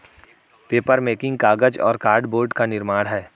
papermaking कागज और cardboard का निर्माण है